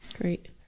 Great